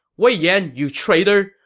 wei yan you traitor!